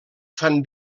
fan